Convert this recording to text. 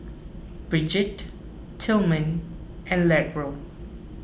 Brigitte Tilman and Latrell